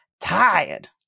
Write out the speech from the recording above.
tired